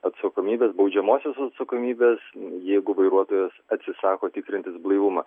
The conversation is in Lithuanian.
atsakomybės baudžiamosios atsakomybės jeigu vairuotojas atsisako tikrintis blaivumą